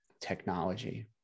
technology